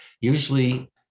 usually